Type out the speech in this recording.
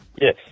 Yes